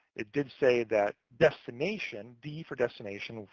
it did say that destination, d for destination,